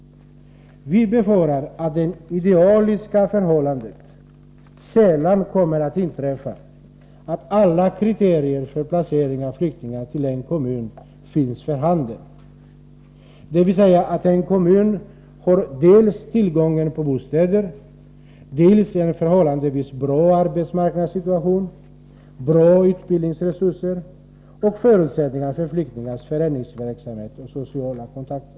Vi befarar att det idealiska förhållandet sällan är för handen att alla kriterier för placering av flyktingar i en kommun föreligger, dvs. att en kommun dels har tillgång till bostäder, dels har en förhållandevis bra arbetsmarknadssituation, bra utbildningsresurser och förutsättningar för flyktingars föreningsverksamhet och sociala kontakter.